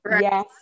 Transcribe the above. Yes